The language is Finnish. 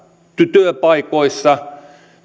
työpaikoissa